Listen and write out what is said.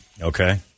Okay